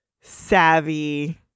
savvy